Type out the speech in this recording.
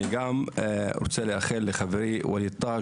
גם אני רוצה לאחל לחברי ווליד טאהא,